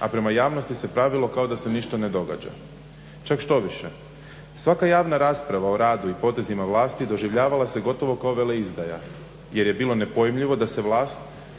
a prema javnosti se pravilo kao da se ništa ne događa. Čak štoviše, svaka javna rasprava o radu i potezima vlasti doživljavala se gotovo kao veleizdaja jer je bilo nepojmljivo da se vlast